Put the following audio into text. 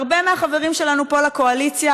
הרבה מהחברים שלנו פה לאופוזיציה,